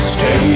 Stay